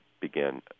began